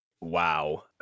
Wow